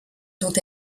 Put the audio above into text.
dont